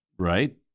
Right